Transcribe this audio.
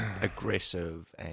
aggressive